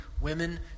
Women